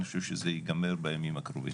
אני חושב שזה יגמר בימים הקרובים.